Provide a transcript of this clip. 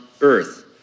earth